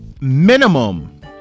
Minimum